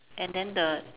and then the